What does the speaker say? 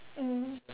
mmhmm